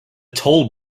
toll